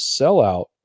sellout